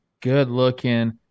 good-looking